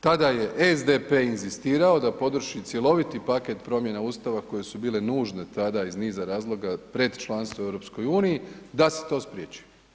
Tada je SDP inzistirao da ... cjeloviti paket promjena Ustava koje su bile nužne tada iz niza razloga pred članstvo u EU da se to spriječi.